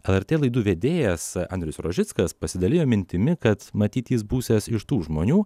lrt laidų vedėjas andrius rožickas pasidalijo mintimi kad matyt jis būsiąs iš tų žmonių